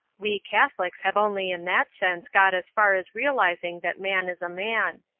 we catholics have only in that sense got as far as realizing that man is a man.